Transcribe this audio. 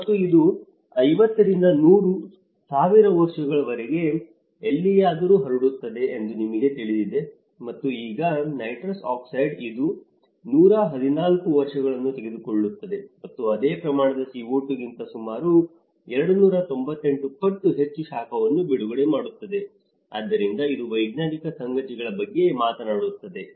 ಮತ್ತು ಇದು 50 ರಿಂದ 1000 ವರ್ಷಗಳವರೆಗೆ ಎಲ್ಲಿಯಾದರೂ ಹರಡುತ್ತದೆ ಎಂದು ನಿಮಗೆ ತಿಳಿದಿದೆ ಮತ್ತು ಈಗ ನೈಟ್ರಸ್ ಆಕ್ಸೈಡ್ ಇದು 114 ವರ್ಷಗಳನ್ನು ತೆಗೆದುಕೊಳ್ಳುತ್ತದೆ ಮತ್ತು ಅದೇ ಪ್ರಮಾಣದ CO2 ಗಿಂತ ಸುಮಾರು 298 ಪಟ್ಟು ಹೆಚ್ಚು ಶಾಖವನ್ನು ಬಿಡುಗಡೆ ಮಾಡುತ್ತದೆ ಆದ್ದರಿಂದ ಇದು ವೈಜ್ಞಾನಿಕ ಸಂಗತಿಗಳ ಬಗ್ಗೆ ಮಾತನಾಡುತ್ತದೆ